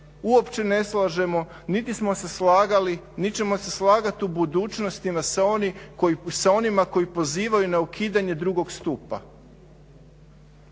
uopće ne slažemo niti smo se slagali niti ćemo se slagati u budućnosti sa onima koji pozivaju na ukidanje drugog stupa.